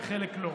בחלק לא.